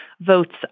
votes